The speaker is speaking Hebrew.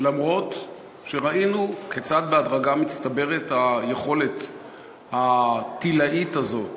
אף שראינו כיצד בהדרגה מצטברת היכולת הטילאית הזאת